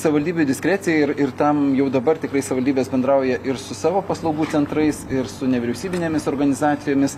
savivaldybių diskrecija ir ir tam jau dabar tikrai savivaldybės bendrauja ir su savo paslaugų centrais ir su nevyriausybinėmis organizacijomis